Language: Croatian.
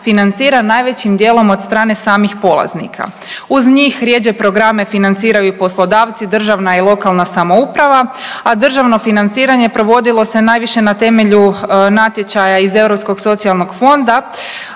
financiran najvećim dijelom od strane samih polaznika. Uz njih rjeđe programe financiraju poslodavci državna i lokalna samouprava, a državno financiranje provodilo se najviše na temelju natječaja iz Europskog socijalnog fonda.